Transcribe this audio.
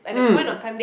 mm